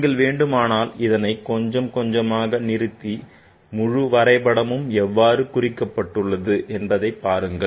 நீங்கள் வேண்டுமானால் இதனை கொஞ்சம் கொஞ்சமாக நிறுத்தி முழு வரைபடமும் எவ்வாறு குறிக்கப் பட்டுள்ளது என்று பாருங்கள்